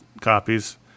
copies